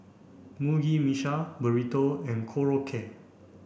Mugi Meshi Burrito and Korokke